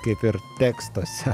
kaip ir tekstuose